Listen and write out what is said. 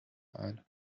ein